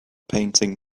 painting